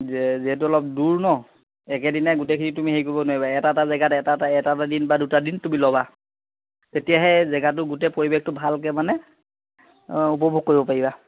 যে যিহেতু অলপ দূৰ ন একে দিনাই গোটেইখিনি তুমি হেৰি কৰিব নোৱাৰিবা এটা এটা জেগাত এটা এটা এটা এটা দিন বা দুটা দিন তুমি ল'বা তেতিয়াহে জেগাটো গোটেই পৰিৱেশটো ভালকৈ মানে উপভোগ কৰিব পাৰিবা